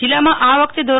જિલ્લામાં આ વખતે ધો